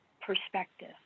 perspective